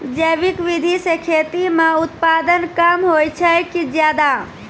जैविक विधि से खेती म उत्पादन कम होय छै कि ज्यादा?